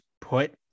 put